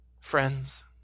friends